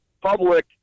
public